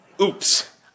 Oops